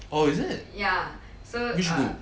oh is it which group